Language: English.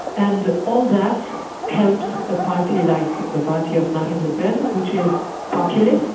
and all that helps a party like the party of marine le pen which is populist,